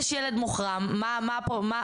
יש ילד מוחרם מה המרשם?